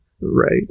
Right